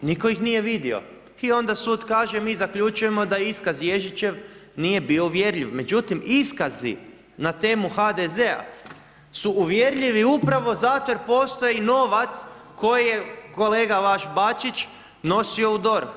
Nitko ih nije vidio, i onda sud kaže, mi zaključujemo da iskaz Ježičev nije bio uvjerljiv, međutim, iskazi na temu HDZ-a su uvjerljivi, upravo zato jer postoji novac koji je kolega vaš Bačić nosio u DORH.